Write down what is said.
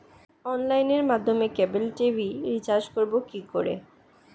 অনলাইনের মাধ্যমে cable TV recharge করব কি করে?